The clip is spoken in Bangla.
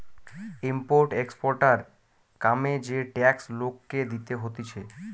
ইম্পোর্ট এক্সপোর্টার কামে যে ট্যাক্স লোককে দিতে হতিছে